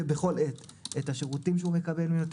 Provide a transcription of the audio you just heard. בכל עת את השירותים שהוא מקבל מנותן